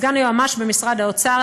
סגן היועמ"ש במשרד האוצר,